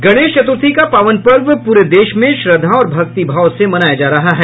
गणेश चतुर्थी का पावन पर्व पूरे देश में श्रद्धा और भक्तिभाव से मनाया जा रहा है